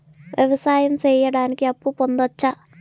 వ్యవసాయం సేయడానికి అప్పు పొందొచ్చా?